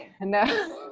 No